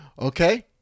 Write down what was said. Okay